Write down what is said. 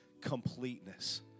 completeness